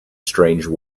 strange